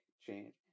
change